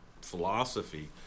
philosophy